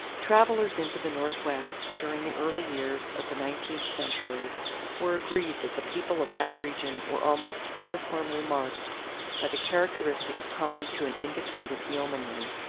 travelers into the northwest during the early years of the nineteenth century were agreed that the people of that region were almost uniformly marked by the characteristics common to an independent yeomanry.